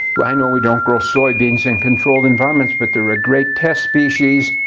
i know we don't grow soybeans in controlled environments, but they're a great test species.